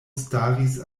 staris